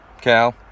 Cal